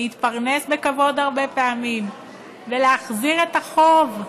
להתפרנס בכבוד הרבה פעמים ולהחזיר את החוב,